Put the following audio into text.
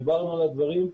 דיברנו על הדברים.